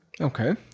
Okay